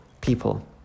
people